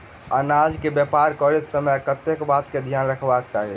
अनाज केँ व्यापार करैत समय केँ बातक ध्यान रखबाक चाहि?